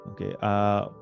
okay